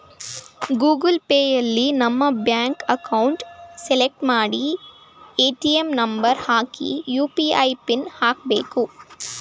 Google ಪೇಯಲ್ಲಿ ನಮ್ಮ bank account select ಮಾಡಿ ಎ.ಟಿ.ಎಂ ನಂಬರ್ ಹಾಕಿ ಯು.ಪಿ.ಐ ಪಿನ್ ಹಾಕ್ಬೇಕು